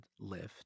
lift